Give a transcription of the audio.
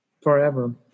forever